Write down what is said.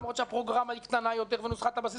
למרות שהפרוגרמה קטנה יותר ונוסחת הבסיס